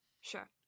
Sure